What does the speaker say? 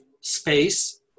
space